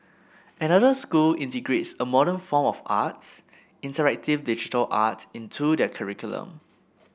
another school integrates a modern form of art interactive digital art into their curriculum